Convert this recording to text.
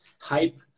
hype